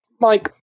Mike